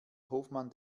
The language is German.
hoffmann